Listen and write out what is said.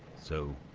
so,